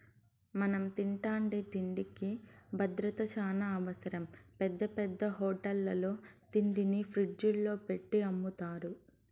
మనం తింటాండే తిండికి భద్రత చానా అవసరం, పెద్ద పెద్ద హోటళ్ళల్లో తిండిని ఫ్రిజ్జుల్లో పెట్టి అమ్ముతారు